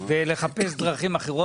ולחפש דרכים אחרים.